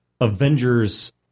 avengers